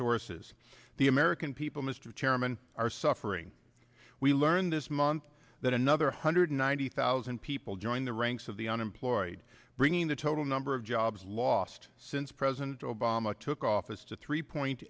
sources the american people mr chairman are suffering we learned this month that another hundred ninety thousand people joined the ranks of the unemployed bringing the total number of jobs lost since president obama took office to three point